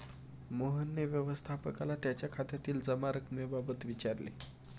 मोहनने व्यवस्थापकाला त्याच्या खात्यातील जमा रक्कमेबाबत विचारले